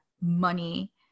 money